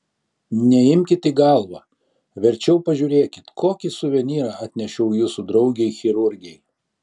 neimkit į galvą verčiau pažiūrėkit kokį suvenyrą atnešiau jūsų draugei chirurgei